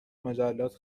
مجلات